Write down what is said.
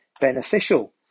beneficial